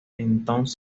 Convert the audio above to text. entonces